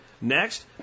Next